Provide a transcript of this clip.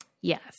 Yes